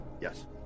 Yes